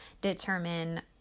determine